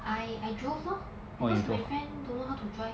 I I drove lor because my friend don't know how to drive